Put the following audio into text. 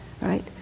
right